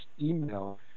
email